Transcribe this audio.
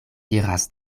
iras